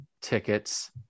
tickets